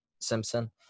Simpson